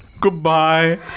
Goodbye